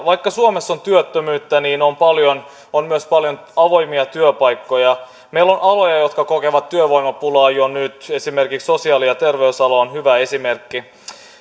vaikka suomessa on työttömyyttä on myös paljon avoimia työpaikkoja meillä on aloja jotka kokevat työvoimapulaa jo nyt sosiaali ja terveysala on hyvä esimerkki